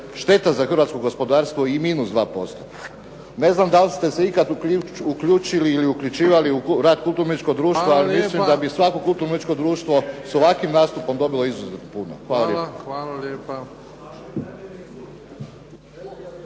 šteta za hrvatsko gospodarstvo i minus 2%. Ne znam da li ste se ikad uključili ili uključivali u rad kulturno-umjetničkog društva ali mislim da bi svako kulturno umjetničko društvo sa ovakvim nastupom dobilo izuzetno puno. Hvala lijepa.